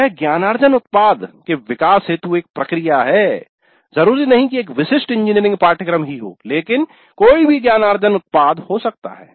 यह ज्ञानार्जन उत्पाद के विकास हेतु एक प्रक्रिया है जरूरी नहीं कि एक विशिष्ट इंजीनियरिंग पाठ्यक्रम ही हो लेकिन कोई भी ज्ञानार्जन उत्पाद हो सकता है